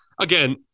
again